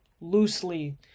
loosely